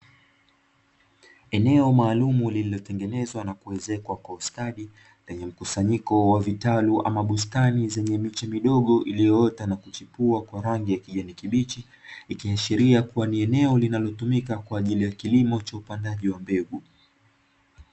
Eneo maalumu lililotengenezwa na kuezekwa kwa ustadi lenye mkusanyiko wa vitalu ama bustani zenye miche midogo iliyoota na kuchipua kwa rangi ya kijani kibichi, ikiashiria kuwa ni eneo linalotumika kwa ajili ya kilimo cha upangaji wa mbegu.